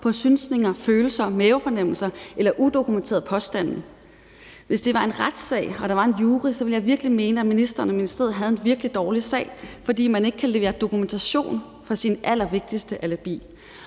på synsninger, følelser, mavefornemmelser eller udokumenterede påstande. Hvis det var en retssag og der var en jury, ville jeg mene, at ministeren og ministeriet havde en virkelig dårlig sag, fordi man ikke kan levere dokumentation for sit allervigtigste alibi.